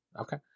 Okay